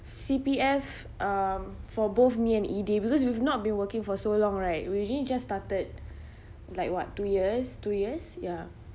C_P_F um for both me and eday because we've not been working for so long right we only just started like what two years two years ya